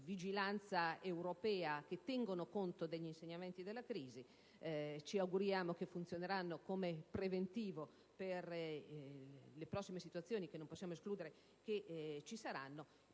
vigilanza europea che tengono conto degli insegnamenti della crisi. Ci auguriamo che funzioneranno come preventivo per le prossime situazioni che non possiamo escludere si verificheranno.